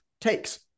takes